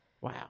Wow